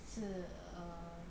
是 err